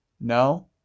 No